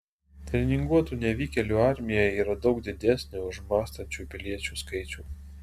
treninguotų nevykėlių armija yra daug didesnė už mąstančių piliečių skaičių